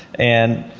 and